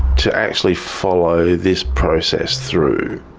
to actually follow this process through,